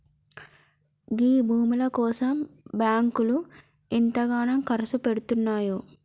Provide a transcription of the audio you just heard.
గీ భూముల కోసం బాంకులు ఎంతగనం కర్సుపెడ్తున్నయో